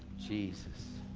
jesus.